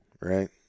right